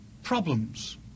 problems